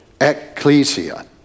Ecclesia